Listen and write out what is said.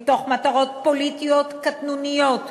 מתוך מטרות פוליטיות קטנוניות,